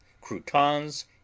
croutons